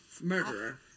Murderer